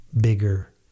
bigger